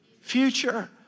future